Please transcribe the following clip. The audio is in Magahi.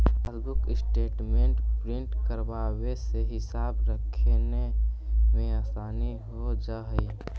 पासबुक स्टेटमेंट प्रिन्ट करवावे से हिसाब रखने में आसानी हो जा हई